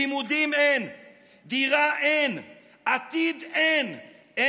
לימודים, אין, דירה, אין, עתיד, אין.